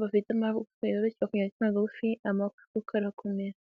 bafite amagufwa yoroshye, bakarya kuri aya mafi, amagufwa arakomera.